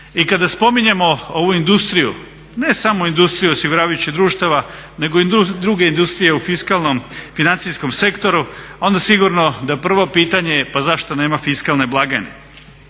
I kada spominjemo ovu industriju, ne samo industriju osiguravajućih društava nego i druge industrije u fiskalnom financijskom sektoru onda sigurno da prvo pitanje pa zašto nema fiskalne blagajne?